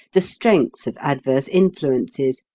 the strength of adverse influences,